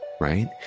right